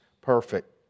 perfect